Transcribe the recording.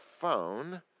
phone